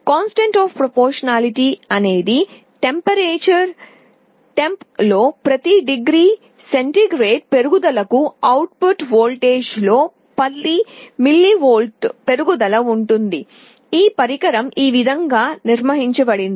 consonant of ప్రోపోర్తనాలిటీఅనేది ఉష్ణోగ్రత లో ప్రతి డిగ్రీ సెంటీగ్రేడ్ పెరుగుదలకు అవుట్ పుట్ వోల్టేజ్ లో 10 మిల్లీవోల్ట్ల పెరుగుదల ఉంటుందిఈ పరికరం ఈ విధంగా నిర్మించబడింది